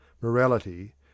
Morality